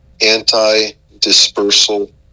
anti-dispersal